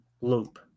loop